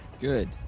Good